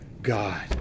God